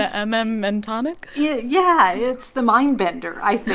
ah um m-m-tonic yeah yeah. it's the mind bender, i